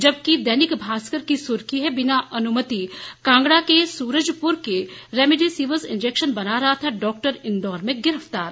जबकि दैनिक भास्कर की सुर्खी है बिना अनुमति कांगड़ा के सुरजपुर में रेमडेसिविर इंजेक्शन बना रहा था डॉक्टर इंदौर में गिरफतार